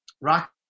rock